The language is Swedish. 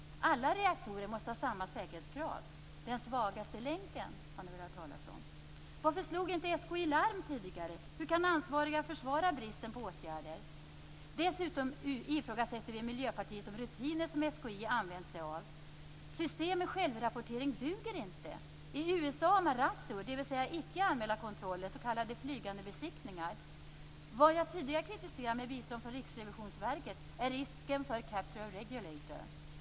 Alla reaktorer måste ha samma säkerhetskrav. Ni har väl hört talas om den svagaste länken? Varför slog inte SKI larm tidigare? Hur kan ansvariga försvara bristen på åtgärder? Vi i Miljöpartiet ifrågasätter dessutom de rutiner som SKI har använt sig av. System med självrapportering duger inte. I USA har man razzior, dvs. Vad jag tidigare kritiserat - med bistånd från Riksrevisionsverket - är risken för capture of regulator.